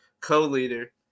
co-leader